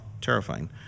terrifying